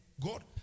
God